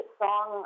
song